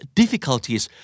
difficulties